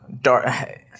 dark